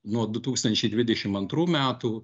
nuo du tūkstančiai dvidešim antrų metų